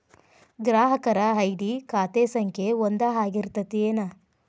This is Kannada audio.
ಗ್ರಾಹಕರ ಐ.ಡಿ ಖಾತೆ ಸಂಖ್ಯೆ ಒಂದ ಆಗಿರ್ತತಿ ಏನ